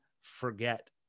forget